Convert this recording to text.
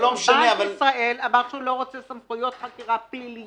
בנק ישראל אמר שהוא לא רוצה סמכויות חקירה פליליים.